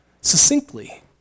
succinctly